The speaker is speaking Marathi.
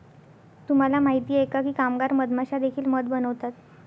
तुम्हाला माहित आहे का की कामगार मधमाश्या देखील मध बनवतात?